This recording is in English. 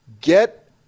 Get